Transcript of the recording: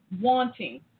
wanting